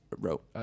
wrote